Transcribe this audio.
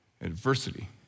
adversity